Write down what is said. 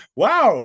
wow